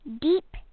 Deep